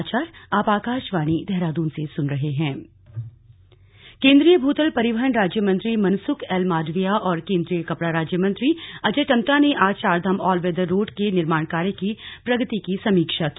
समीक्षा केंद्रीय भूतल परिवहन राज्य मंत्री मनसुख एल माडविया और केंद्रीय कपड़ा राज्य मंत्री अजय टम्टा ने आज चारधाम ऑलवेदर रोड़ के निर्माण कार्य की प्रगति की समीक्षा की